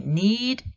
need